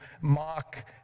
mock